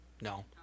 No